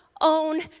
own